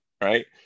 right